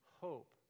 hope